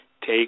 take